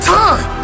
time